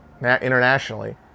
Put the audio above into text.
internationally